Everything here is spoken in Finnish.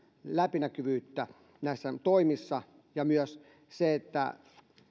läpinäkyvyyttä näissä toimissa ja myös sen että